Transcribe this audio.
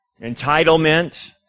entitlement